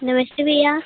नमस्ते भैया